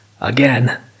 Again